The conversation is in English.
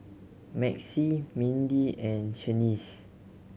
Maxie Mindy and Shaniece